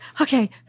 Okay